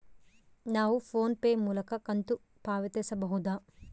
ನಾವು PhonePe ಮೂಲಕ ಕಂತು ಪಾವತಿಸಬಹುದಾ?